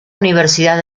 universidad